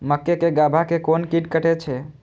मक्के के गाभा के कोन कीट कटे छे?